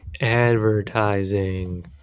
advertising